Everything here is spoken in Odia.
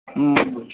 ହୁଁ